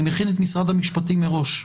אני מכין את משרד המשפטים מראש.